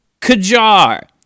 Kajar